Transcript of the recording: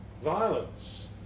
violence